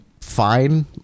fine